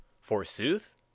Forsooth